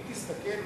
אם תסתכל,